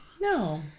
no